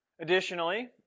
Additionally